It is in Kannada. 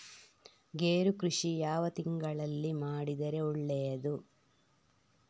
ಗೇರು ಕೃಷಿ ಯಾವ ತಿಂಗಳಲ್ಲಿ ಮಾಡಿದರೆ ಒಳ್ಳೆಯದು?